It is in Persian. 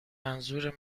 منظور